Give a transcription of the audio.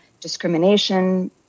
discrimination